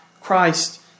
Christ